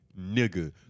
nigga